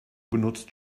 benutzt